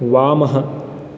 वामः